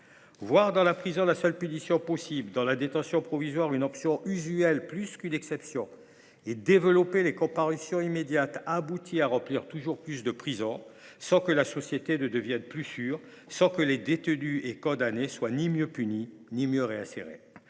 Voir dans la prison la seule punition possible, dans la détention provisoire une option usuelle plus qu’une exception et développer les comparutions immédiates aboutit à remplir toujours plus de prisons sans que la société devienne plus sûre, sans que les détenus et les condamnés soient mieux punis ni mieux réinsérés.